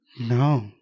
No